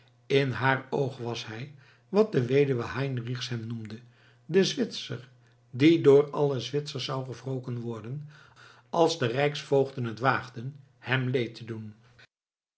in haar oog was hij wat de weduwe heinrichs hem noemde de zwitser die door alle zwitsers zou gewroken worden als de rijksvoogden het waagden hem leed te doen